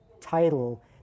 title